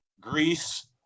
Greece